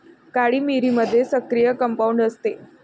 काळी मिरीमध्ये सक्रिय कंपाऊंड असते